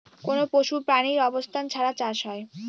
কোনো পশু প্রাণীর অবস্থান ছাড়া চাষ হয়